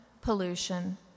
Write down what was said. pollution